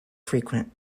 frequent